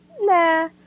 Nah